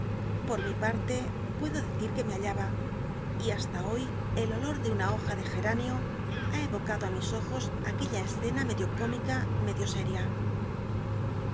por mi parte puedo decir que me hallaba y hasta hoy el olor de una hoja de geranio ha evocado i mis ojos aquella escena med io cómica medio séria